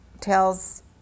tells